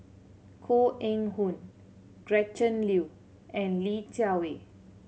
Koh Eng Hoon Gretchen Liu and Li Jiawei